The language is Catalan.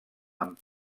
amb